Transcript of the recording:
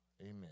Amen